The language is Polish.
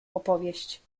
opowieść